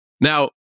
Now